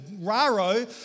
raro